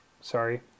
sorry